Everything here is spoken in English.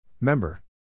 Member